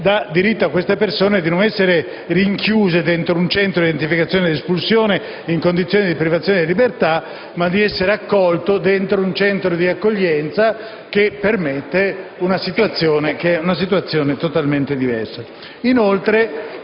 dà diritto a queste persone di non essere rinchiuse in un centro di identificazione e di espulsione in condizioni di privazione di libertà, ma di essere accolte in un centro di accoglienza, che è una situazione totalmente diversa.